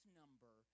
number